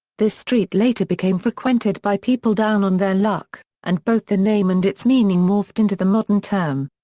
this street later became frequented by people down on their luck, and both the name and its meaning morphed into the modern term.